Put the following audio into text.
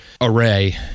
array